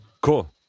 Cool